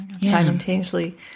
simultaneously